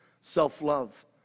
self-love